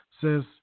says